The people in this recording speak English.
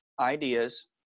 ideas